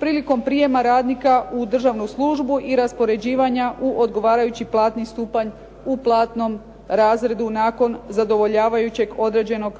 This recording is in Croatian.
prilikom prijema radnika u državnu službu i raspoređivanja u odgovarajući platni stupanj u platnom razredu nakon zadovoljavajućeg određenog